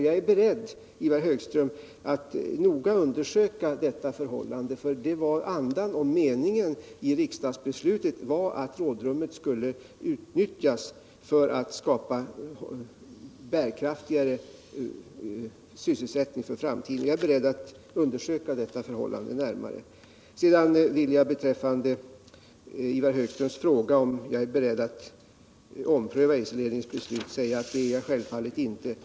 Jag är beredd, Ivar Högström, att noga undersöka detta förhållande. Andan och meningen i riksdagsbeslutet var att rådrummet skulle utnyttjas för skapande av bärkraftigare sysselsättning för framtiden. Beträffande Ivar Högströms fråga om jag är beredd att ompröva Eiserledningens beslut vill jag säga att det är jag självfallet inte.